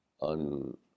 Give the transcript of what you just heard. on